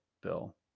Bill